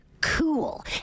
cool